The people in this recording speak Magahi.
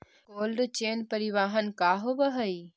कोल्ड चेन परिवहन का होव हइ?